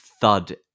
Thud